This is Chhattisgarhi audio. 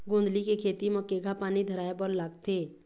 गोंदली के खेती म केघा पानी धराए बर लागथे?